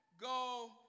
go